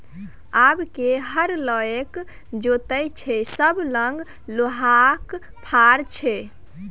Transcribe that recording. आब के हर लकए जोतैय छै सभ लग लोहाक फार छै